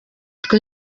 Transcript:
twe